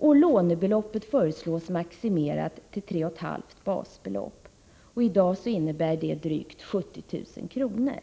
Lånebeloppet föreslås maximerat till 3,5 basbelopp. Det innebär i dag drygt 70 000 kr.